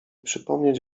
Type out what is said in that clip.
przypomnieć